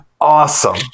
awesome